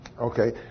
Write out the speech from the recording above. Okay